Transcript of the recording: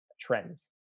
trends